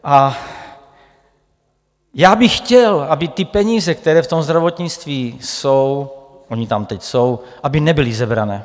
A já bych chtěl, aby ty peníze, které v tom zdravotnictví jsou, ony tam teď jsou, aby nebyly sebrané.